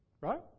right